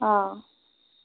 অ